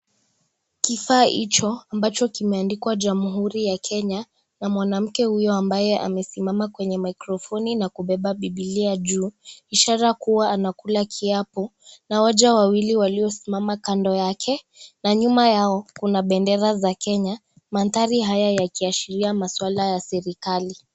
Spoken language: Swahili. Kifaa hicho ambacho kimeandikwa jamhuri ya Kenya na mwanamke huyo ambaye amesimama kwenye mikrofoni na kubeba Bibilia juu ishara kuwaa anakula kiapo na wajaa wawili waliosimama kando yake na nyuma yao kuna bendera za Kenya. Mandhari haya yakiashiria maswala ya serikali.